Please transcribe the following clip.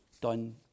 done